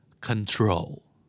Control